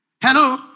Hello